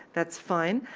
that's fine.